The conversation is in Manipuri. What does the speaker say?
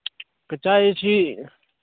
ꯀꯆꯥꯏꯁꯤ